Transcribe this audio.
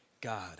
God